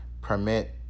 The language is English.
permit